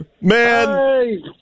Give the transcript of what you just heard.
Man